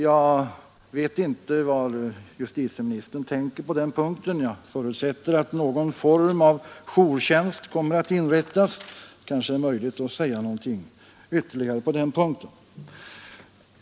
Jag vet inte vad justitieministern tänker på den punkten — jag förutsätter att någon form av jourtjänst kommer aatt inrättas. Det kanske är möjligt att säga någonting ytterligare på den punkten.